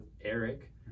Eric